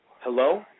Hello